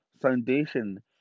foundation